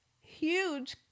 huge